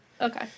okay